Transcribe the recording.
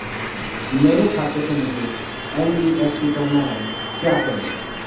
मेरे खाते से मुझे एन.ई.एफ.टी करना है क्या करें?